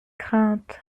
crainte